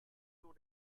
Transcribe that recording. wieso